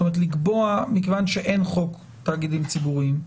זאת אומרת, מכיוון שאין חוק תאגידים ציבוריים,